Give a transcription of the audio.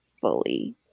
fully